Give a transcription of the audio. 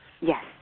yes